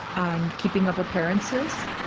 and keeping up appearances,